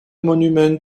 monument